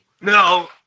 No